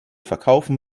verkaufen